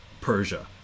Persia